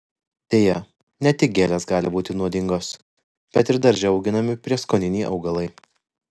deja ne tik gėlės gali būti nuodingos bet ir darže auginami prieskoniniai augalai